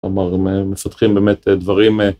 אבל מ הם מסבכים באמת דברים